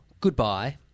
goodbye